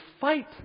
fight